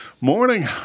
Morning